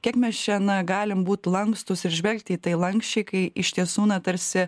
kiek mes čia na galim būt lankstūs ir žvelgti į tai lanksčiai kai iš tiesų na tarsi